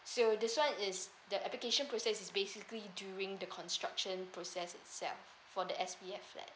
so this one is the application process is basically during the construction process itself for the S_B_F flat